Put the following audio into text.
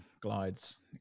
Glides